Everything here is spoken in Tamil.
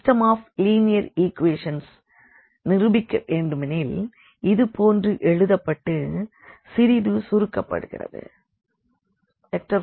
சிஸ்டெம் ஆஃப் லீனியர் ஈக்வெஷன்ஸ் ஐ நிரூபிக்க வேண்டுமானால் இது போன்று எழுதப்பட்டு சிறிது சுருக்கப்படுகிறது